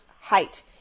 height